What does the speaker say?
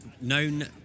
Known